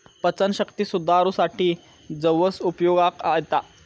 पचनशक्ती सुधारूसाठी जवस उपयोगाक येता